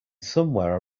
somewhere